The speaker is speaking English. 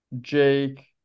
Jake